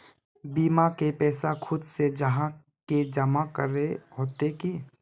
बीमा के पैसा खुद से जाहा के जमा करे होते की?